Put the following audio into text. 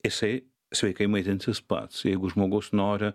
jisai sveikai maitinsis pats jeigu žmogus nori